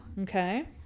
okay